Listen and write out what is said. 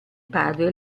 padre